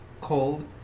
cold